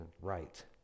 right